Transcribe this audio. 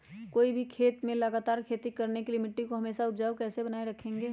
कोई भी खेत में लगातार खेती करने के लिए मिट्टी को हमेसा उपजाऊ कैसे बनाय रखेंगे?